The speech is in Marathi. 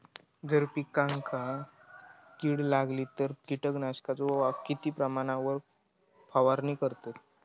जर पिकांका कीड लागली तर कीटकनाशकाचो किती प्रमाणावर फवारणी करतत?